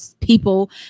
people